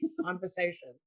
conversation